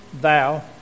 thou